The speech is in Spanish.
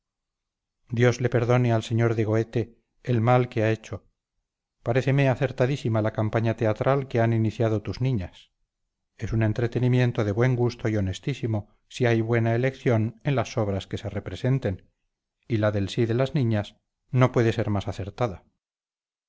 dios le perdone al sr de gethe el mal que ha hecho paréceme acertadísima la campaña teatral que han iniciado tus niñas es un entretenimiento de buen gusto y honestísimo si hay buena elección en las obras que representen y la del sí de las niñas no puede ser más acertada